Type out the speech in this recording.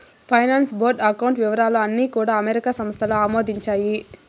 finance board account వివరాలు అన్నీ కూడా అమెరికా సంస్థలు ఆమోదించాయి